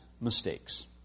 mistakes